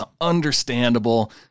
understandable